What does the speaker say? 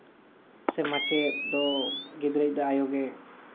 ᱥᱮ ᱢᱟᱪᱮᱫ ᱫᱚ ᱜᱤᱫᱽᱨᱟᱹ ᱜᱮ ᱟᱹᱭᱩ ᱜᱮ